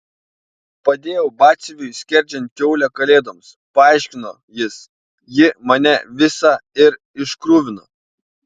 padėjau batsiuviui skerdžiant kiaulę kalėdoms paaiškino jis ji mane visą ir iškruvino